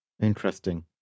interesting